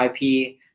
IP